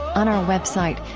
on our website,